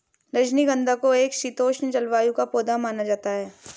रजनीगंधा को एक शीतोष्ण जलवायु का पौधा माना जाता है